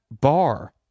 bar